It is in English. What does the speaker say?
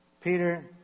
Peter